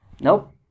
Nope